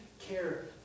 care